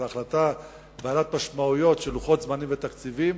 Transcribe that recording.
אלא החלטה בעלת משמעויות של לוחות זמנים ותקציבים,